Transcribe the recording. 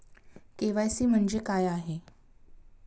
KYC म्हणजे काय आहे?